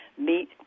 meet